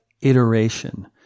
iteration